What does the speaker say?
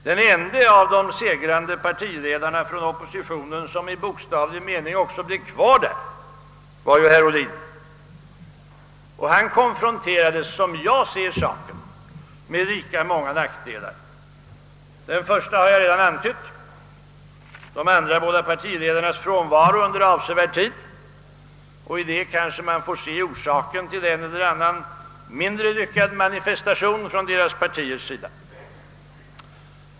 Den ende av de segrande partiledarna inom oppositionen, som i bokstavlig mening också blev kvar där, var herr Ohlin, och han konfronterades med tre omständigheter, vilka var — som jag ser saken — lika många nackdelar. Den första har jag redan antytt: de båda andra partiledarnas frånvaro under avsevärd tid. Häri kanske man får se orsaken till en eller annan mindre lyckad manifestation från deras partiers sida.